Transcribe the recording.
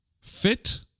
Fit